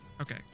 Okay